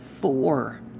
Four